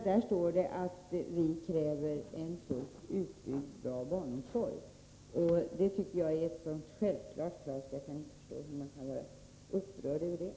Där står det nämligen att vi kräver en fullt utbyggd bra barnomsorg. Detta tycker jag är ett så självklart krav att jag inte kan förstå hur man kan vara upprörd över det.